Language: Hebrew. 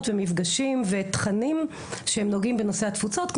ומפגשים ותכנים שהם נוגעים בנושא התפוצות,